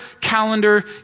calendar